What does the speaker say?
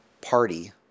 party